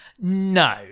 no